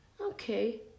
Okay